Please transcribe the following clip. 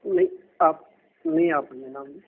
ਨਹੀਂ ਆਪ ਨਹੀਂ ਆਪਣੇ ਨਾਮ ਜੀ